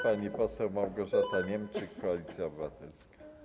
Pani poseł Małgorzata Niemczyk, Koalicja Obywatelska.